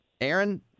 Aaron